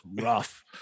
rough